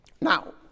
Now